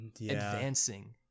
advancing